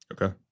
okay